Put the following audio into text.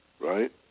Right